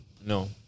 No